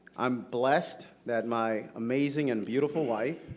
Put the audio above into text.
i'm blessed that my amazing and beautiful wife,